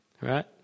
Right